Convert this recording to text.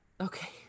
Okay